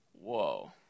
Whoa